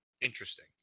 interesting